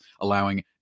allowing